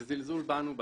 זה זלזול בנו.